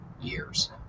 years